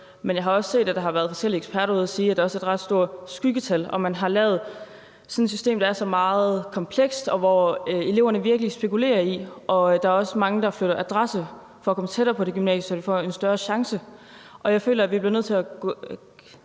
men jeg har også set, at der har været forskellige eksperter ude at sige, at der også er et ret stort skyggetal, og at man har lavet et system, som er meget komplekst, og som eleverne virkelig spekulerer i. Der er også mange, der flytter adresse for at komme tættere på det ønskede gymnasium, så de får en større chance. Jeg føler, at vi er nødt til at